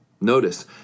Notice